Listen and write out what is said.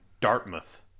Dartmouth